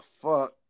fuck